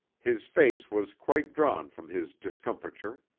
his face was quite drawn from his discomfiture.